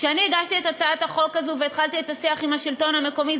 כשאני הגשתי את הצעת החוק הזאת והתחלתי את השיח עם השלטון המקומי,